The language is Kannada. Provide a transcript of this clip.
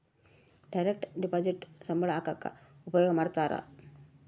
ಡೈರೆಕ್ಟ್ ಡಿಪೊಸಿಟ್ ಸಂಬಳ ಹಾಕಕ ಉಪಯೋಗ ಮಾಡ್ತಾರ